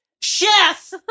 Chef